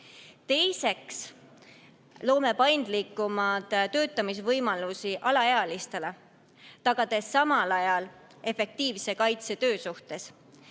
loome paindlikumaid töötamisvõimalusi alaealistele, tagades samal ajal efektiivse kaitse töösuhtes.